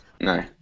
No